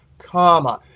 comma.